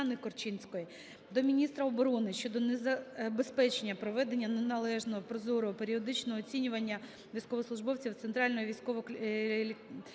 до міністра оборони щодо незабезпечення проведення незалежного, прозорого періодичного оцінювання військовослужбовців Центральної Військово-лікарської